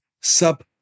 sub